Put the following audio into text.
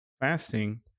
fasting